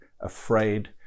afraid